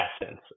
essence